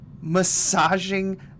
massaging